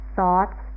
Thoughts